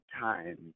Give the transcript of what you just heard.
times